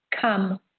Come